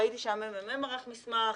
ראיתי שהממ"מ ערך מסמך,